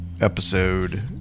episode